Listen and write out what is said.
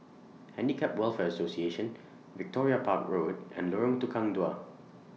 Handicap Welfare Association Victoria Park Road and Lorong Tukang Dua